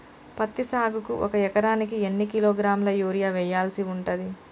పత్తి సాగుకు ఒక ఎకరానికి ఎన్ని కిలోగ్రాముల యూరియా వెయ్యాల్సి ఉంటది?